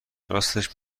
راستش